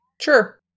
Sure